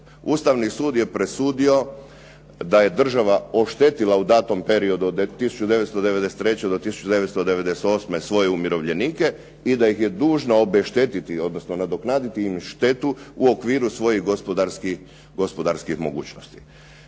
Ustavni sud je presudio da je država oštetila u datom periodu od 1993. do 1998. svoje umirovljenika i da ih je dužna obeštetiti odnosno nadoknaditi im štetu u okviru svojih gospodarskih mogućnosti.